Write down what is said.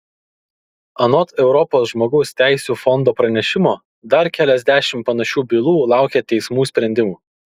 anot europos žmogaus teisių fondo pranešimo dar keliasdešimt panašių bylų laukia teismų sprendimų